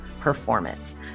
performance